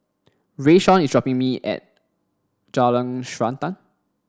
Rayshawn is dropping me at Jalan Srantan